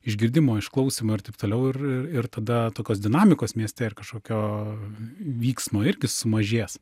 išgirdimo išklausymo ir taip toliau ir ir tada tokios dinamikos mieste ir kažkokio vyksmo irgi sumažės